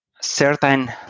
certain